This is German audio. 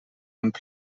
und